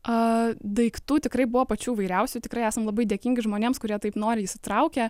a daiktų tikrai buvo pačių įvairiausių tikrai esam labai dėkingi žmonėms kurie taip noriai įsitraukia